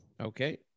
Okay